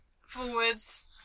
forwards